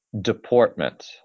deportment